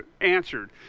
answered